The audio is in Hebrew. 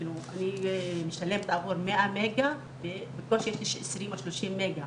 אני משלמת על 100 מגה בקושי יש לי 20 עד 30 מגה,